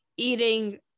Eating